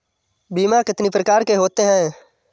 बीमा कितनी प्रकार के होते हैं?